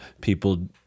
people